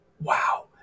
wow